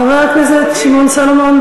חבר הכנסת שמעון סולומון,